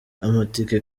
amatike